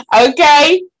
Okay